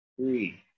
three